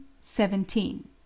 seventeen